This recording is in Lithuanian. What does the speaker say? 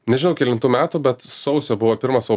nežinau kelintų metų bet sausio buvo pirmas